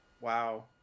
Wow